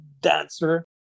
dancer